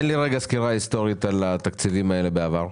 תן לי סקירה היסטורית על התקציבים הללו בעבר.